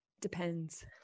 depends